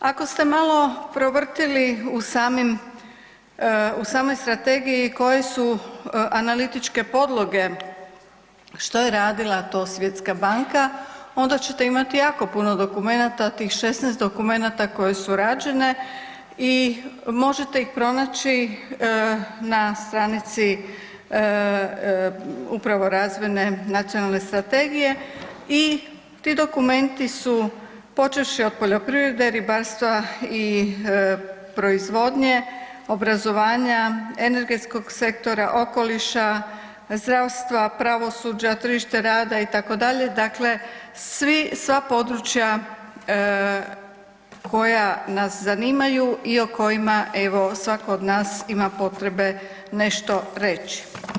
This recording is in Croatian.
Ako ste malo provrtili u samim, u samoj strategiji koje su analitičke podloge, što je radila to Svjetska banka onda ćete imati jako puno dokumenata, tih 16 dokumenata koje su rađene i možete ih pronaći na stranici upravo razvojne nacionalne strategije i ti dokumenti u počevši od poljoprivredne, ribarstva i proizvodnje, obrazovanja, energetskog sektora, okoliša, zdravstva, pravosuđa, tržišta rada itd., dakle svi, sva područja koja nas zanimanju i o kojima evo svako od nas ima potrebe nešto reći.